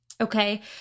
Okay